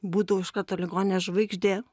būdavau iš karto ligoninės žvaigždė